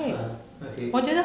!huh! okay